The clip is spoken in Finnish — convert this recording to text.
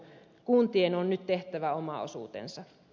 kuntien on nyt tehtävä oma osuutensa